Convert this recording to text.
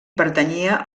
pertanyia